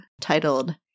titled